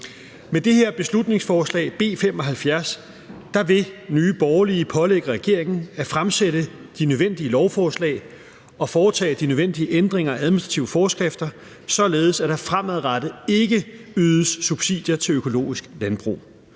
Med det her beslutningsforslag, B 75, vil Nye Borgerlige pålægge regeringen at fremsætte de nødvendige lovforslag og foretage de nødvendige ændringer af administrative forskrifter, således at der fremadrettet ikke ydes subsidier til økologisk landbrug.